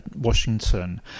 Washington